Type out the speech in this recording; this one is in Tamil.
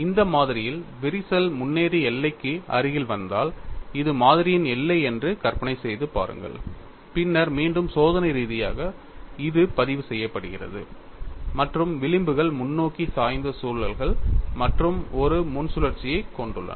இந்த மாதிரியில் விரிசல் முன்னேறி எல்லைக்கு அருகில் வந்தால் இது மாதிரியின் எல்லை என்று கற்பனை செய்து பாருங்கள் பின்னர் மீண்டும் சோதனை ரீதியாக இது பதிவு செய்யப்படுகிறது மற்றும் விளிம்புகள் முன்னோக்கி சாய்ந்த சுழல்கள் மற்றும் ஒரு முன் சுழற்சியைக் கொண்டுள்ளன